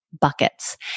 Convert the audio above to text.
buckets